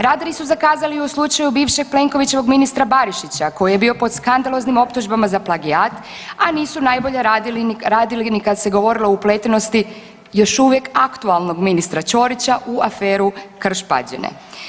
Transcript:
Radari su zakazali u slučaju bivpeg Plenkovićevog ministra Barišića koji je bio pod skandaloznim optužbama za plagijat a nisu najbolje radili ni kad se govorilo o upletenosti još uvijek aktualnog ministra Čorića u aferu Krš Pađene.